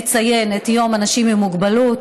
נציין את יום האנשים עם מוגבלות,